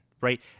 Right